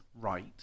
right